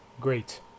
great